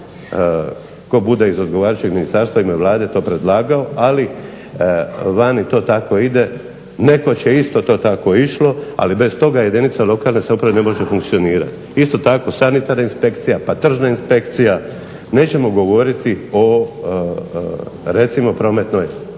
to će predložiti onaj iz ministarstva u ime Vlade to predlagao ali vani to tako ide, nekoć je to isto tako išlo, ali bez toga jedinica lokalne samouprave ne može funkcionirati. Isto tako sanitarna inspekcija, pa tržna inspekcija nećemo govoriti o prometnoj